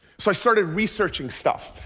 so i started researching stuff,